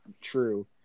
true